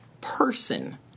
person